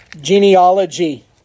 genealogy